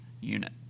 unit